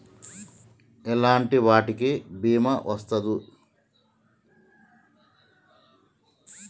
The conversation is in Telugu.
ఎలాంటి వాటికి బీమా వస్తుంది?